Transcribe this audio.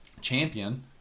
champion